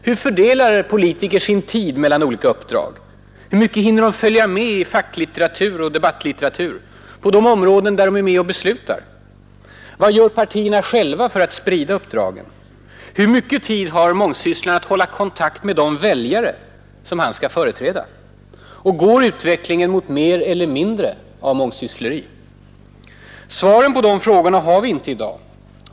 Hur mycket hinner de följa med i facklitteratur och debattlitteratur på de områden där de är med och beslutar? Hur mycket tid har mångsysslaren att hålla kontakt med väljarna som han skall företräda? Går utvecklingen mot mer eller mindre av mångsyssleri? Svaren på de frågorna har vi inte i dag.